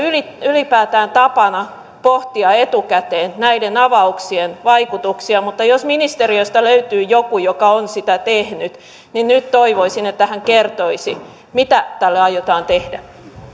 ylipäätään tapana pohtia etukäteen näiden avauksien vaikutuksia mutta jos ministeriöstä löytyy joku joka on sitä tehnyt niin nyt toivoisin että hän kertoisi mitä tälle aiotaan tehdä